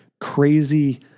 crazy